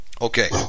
Okay